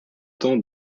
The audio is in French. temps